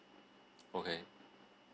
okay